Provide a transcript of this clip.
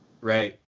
Right